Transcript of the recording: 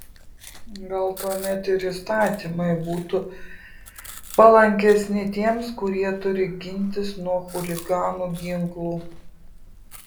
gal tuomet ir įstatymai būtų palankesni tiems kurie turi gintis nuo chuliganų ginklu